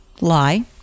Lie